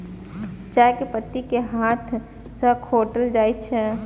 चाय के पत्ती कें हाथ सं खोंटल जाइ छै